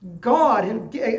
God